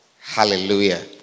Hallelujah